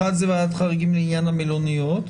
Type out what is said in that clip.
אחד זה ועדת חריגים לעניין המלוניות.